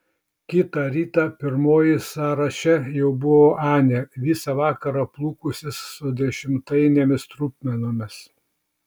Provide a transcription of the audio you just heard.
kitą rytą pirmoji sąraše jau buvo anė visą vakarą plūkusis su dešimtainėmis trupmenomis